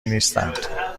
نیستند